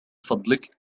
فضلك